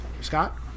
Scott